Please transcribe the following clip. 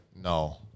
No